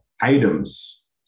items